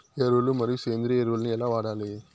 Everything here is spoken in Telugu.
ఎరువులు మరియు సేంద్రియ ఎరువులని ఎలా వాడాలి?